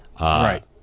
Right